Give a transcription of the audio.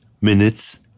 minutes